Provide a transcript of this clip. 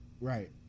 Right